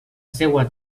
seua